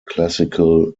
classical